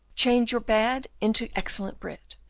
change your bad into excellent bread,